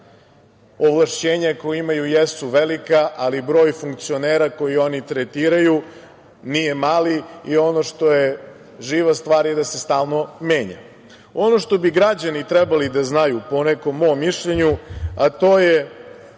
Ovlašćenja koja imaju jesu velika, ali broj funkcionera koji oni tretiraju nije mali i ono što je živa stvar je da se stalno menja. Ono što bi građani trebali da znaju po nekom mom mišljenju, a to su